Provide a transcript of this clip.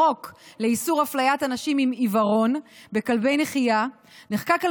החוק לאיסור הפליית אנשים עם עיוורון וכלבי נחייה נחקק על